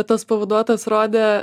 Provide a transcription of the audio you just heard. tas pavaduotojas rodė